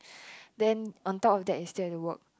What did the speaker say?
then on top of that you still have to work